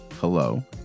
hello